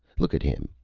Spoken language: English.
look at him,